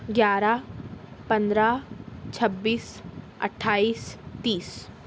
گیارہ پندرہ چھبیس اٹھائیس تیس